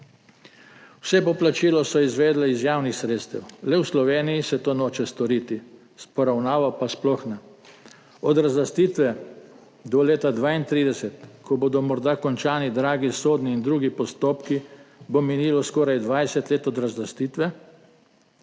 Vse poplačilo so izvedli iz javnih sredstev, le v Sloveniji se to noče storiti, s poravnavo pa sploh ne. Od razlastitve do leta 2032, ko bodo morda končani dragi sodni in drugi postopki, bo minilo skoraj 20 let od razlastitve,